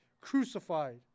crucified